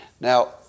Now